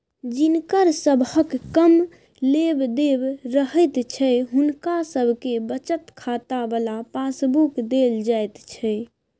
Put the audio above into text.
जिनकर सबहक कम लेब देब रहैत छै हुनका सबके बचत खाता बला पासबुक देल जाइत छै